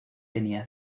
tenía